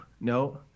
No